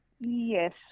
Yes